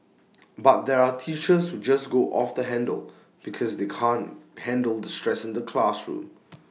but there are teachers who just go off the handle because they can't handle the stress in the classroom